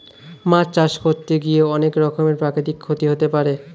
মাছ চাষ করতে গিয়ে অনেক রকমের প্রাকৃতিক ক্ষতি হতে পারে